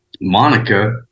Monica